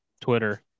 Twitter